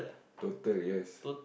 total yes